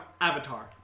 Avatar